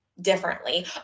differently